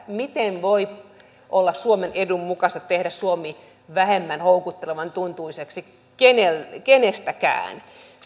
miten voi olla suomen edun mukaista tehdä suomi vähemmän houkuttelevan tuntuiseksi kenestäkään kenestäkään